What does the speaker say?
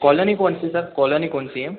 colony कौन सी है सर कोलोनी कौन सी है